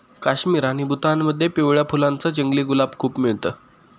काश्मीर आणि भूतानमध्ये पिवळ्या फुलांच जंगली गुलाब खूप मिळत